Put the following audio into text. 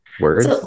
words